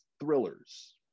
thrillers